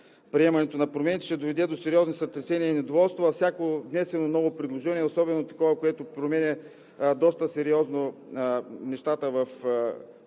приемането на промените ще доведе до сериозни сътресения и недоволство, а всяко внесено ново предложение, особено такова, което променя доста сериозно нещата по